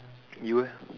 you eh